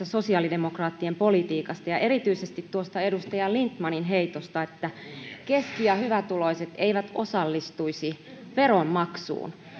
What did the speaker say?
sosiaalidemokraattien politiikan ja erityisesti edustaja lindtmanin heiton ihmettelijöihin että keski ja hyvätuloiset eivät osallistuisi veronmaksuun